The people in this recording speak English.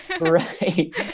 Right